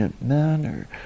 manner